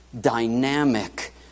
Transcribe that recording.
dynamic